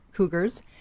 cougars